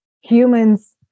Humans